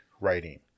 writing